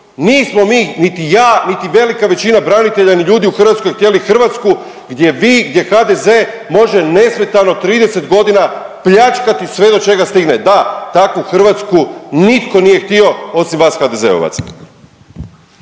nismo mi niti ja niti velika većina branitelja ni ljudi u Hrvatskoj htjeli Hrvatsku gdje vi, gdje HDZ može nesmetano 30 godina pljačkati sve do čega stigne. Da, takvu Hrvatsku nitko nije htio osim vas HDZ-ovaca.